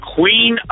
Queen